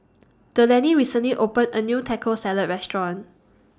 Delaney recently opened A New Taco Salad Restaurant